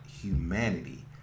humanity